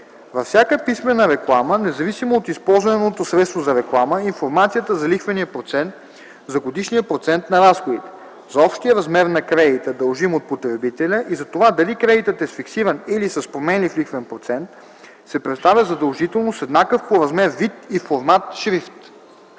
Във всяка писмена реклама, независимо от използваното средство за реклама, информацията за лихвения процент, за годишния процент на разходите, за общия размер на кредита, дължим от потребителя, и за това дали кредитът е с фиксиран или с променлив лихвен процент, се представя задължително с еднакъв по размер, вид и формат шрифт.